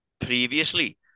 previously